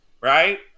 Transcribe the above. Right